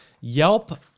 Yelp